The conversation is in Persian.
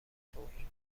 توهین